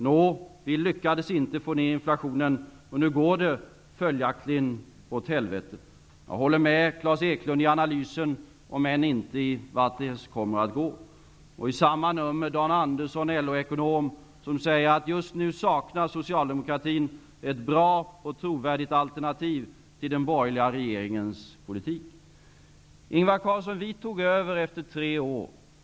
Nå, vi lyckades inte få ned inflationen, och nu går det följdaktligen åt helvete. Jag håller med Clas Eklund i analysen, även om jag inte uttalar mig så, vart det kommer att gå. I samma nummer av tidningen säger LO-ekonomen Dan Andersson att Socialdemokratin just nu saknar ett bra och trovärdigt alternativ till den borgerliga regeringens politik. Ingvar Carlsson, efter tre år tog vi, de borgerliga partierna, över regeringsansvaret.